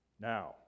Now